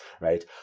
right